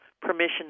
permission